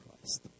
Christ